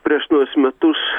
prieš naujus metus